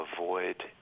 avoid